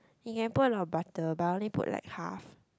you can put in a lot of butter but I only put like half